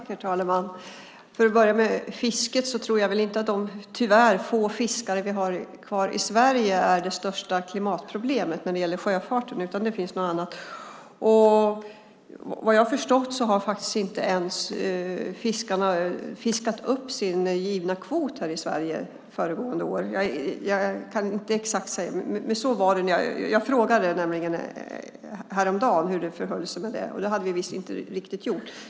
Herr talman! För att börja med fisket tror jag inte att de tyvärr få fiskare vi har kvar i Sverige är det största klimatproblemet inom sjöfarten. Det är något annat. Vad jag har förstått har inte fiskarna ens fiskat upp sin givna kvot i Sverige. Jag kan inte exakt säga det, men jag frågade häromdagen hur det förhöll sig med det, och det hade man inte riktigt gjort.